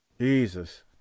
Jesus